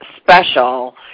special